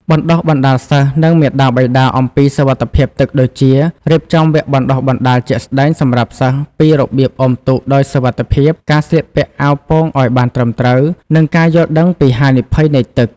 បណ្តុះបណ្តាលសិស្ស និងមាតាបិតាអំពីសុវត្ថិភាពទឹកដូចជា រៀបចំវគ្គបណ្តុះបណ្តាលជាក់ស្តែងសម្រាប់សិស្សពីរបៀបអុំទូកដោយសុវត្ថិភាព ការស្លៀកពាក់អាវពោងឱ្យបានត្រឹមត្រូវ និងការយល់ដឹងពីហានិភ័យនៃទឹក។